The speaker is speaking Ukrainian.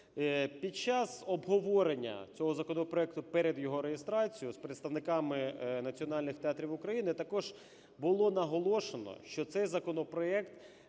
Під час обговорення цього законопроекту перед його реєстрацією з представниками національних театрів України також було наголошено, що цей законопроект